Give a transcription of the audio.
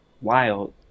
wild